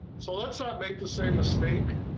so let's not make the same mistake.